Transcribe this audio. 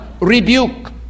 rebuke